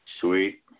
sweet